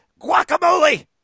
guacamole